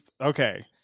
okay